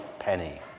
Penny